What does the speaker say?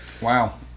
Wow